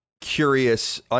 curious